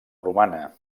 romana